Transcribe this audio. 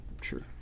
sure